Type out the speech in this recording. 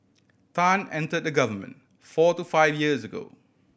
Tan entered the government four to five years ago